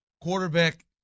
quarterback